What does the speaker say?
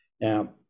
Now